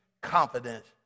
confidence